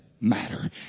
matter